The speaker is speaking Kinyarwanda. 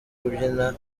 kubyina